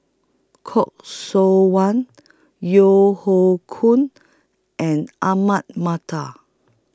Khoo Seok Wan Yeo Hoe Koon and Ahmad Mattar